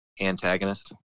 antagonist